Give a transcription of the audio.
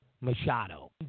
Machado